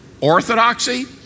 orthodoxy